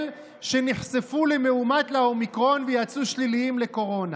שנחשפו למאומת לאומיקרון ויצאו שליליים לקורונה".